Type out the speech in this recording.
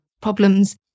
problems